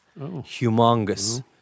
humongous